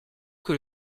que